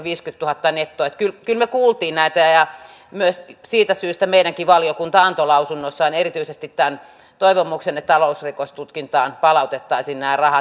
että kyllä me kuulimme näitä ja myös siitä syystä meidänkin valiokuntamme antoi lausunnossaan erityisesti tämän toivomuksen että talousrikostutkintaan palautettaisiin nämä rahat